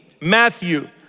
Matthew